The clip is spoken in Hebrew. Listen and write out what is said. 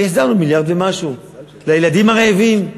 והחזרנו מיליארד ומשהו לילדים הרעבים.